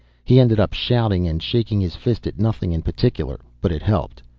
he ended up shouting and shaking his fist at nothing in particular, but it helped.